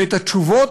ואת התשובות,